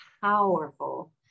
powerful